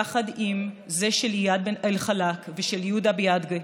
יחד עם זה של איאד אלחלאק ושל יהודה ביאדגה,